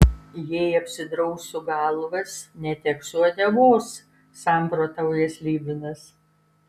jei apsidrausiu galvas neteksiu uodegos samprotauja slibinas